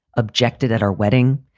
objected at our wedding,